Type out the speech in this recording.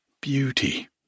Beauty